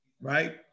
right